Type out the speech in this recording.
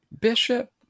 Bishop